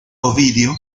ovidio